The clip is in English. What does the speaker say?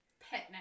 pet